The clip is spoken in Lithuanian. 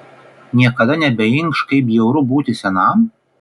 niekada nebeinkš kaip bjauru būti senam